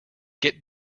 get